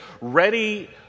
ready